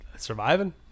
surviving